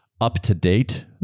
up-to-date